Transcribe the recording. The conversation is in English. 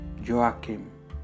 Joachim